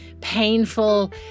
painful